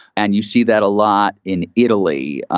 and you see that a lot in italy,